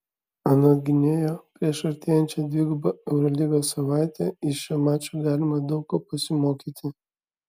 anot gynėjo prieš artėjančią dvigubą eurolygos savaitę iš šio mačo galima daug ko pasimokyti